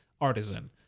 artisan